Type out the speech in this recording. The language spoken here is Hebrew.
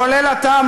כולל אתה,